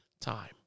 time